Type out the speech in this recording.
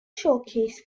showcase